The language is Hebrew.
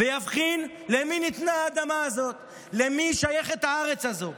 ויבחין למי ניתנה האדמה הזו, למי שייכת הארץ הזו.